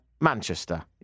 Manchester